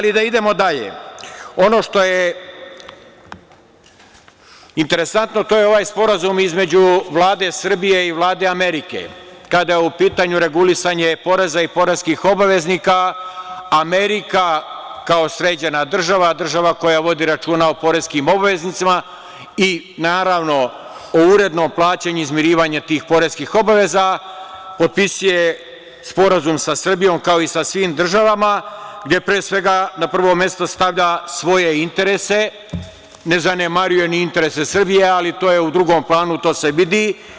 Idemo dalje, ono što je interesantno to je ovaj sporazum između Vlade Srbije i Vlade Amerike, kada je u pitanju regulisanje poreza i poreskih obveznika, Amerika kao sređena država, država koja vodi računa o poreskim obveznicima i naravno o urednom plaćanju, izmirivanju tih poreskih obaveza, potpisuje sporazum sa Srbijom kao i sa svim državama gde pre svega na prvo mesto stavlja svoje interese, ne zanemaruje ni interese Srbije, ali to je u drugom planu to se vidi.